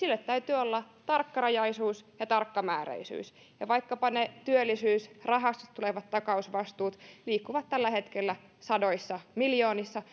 täytyy olla tarkkarajaisuus ja tarkkamääräisyys vaikkapa ne työllisyysrahastosta tulevat takausvastuut liikkuvat tällä hetkellä sadoissa miljoonissa